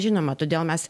žinoma todėl mes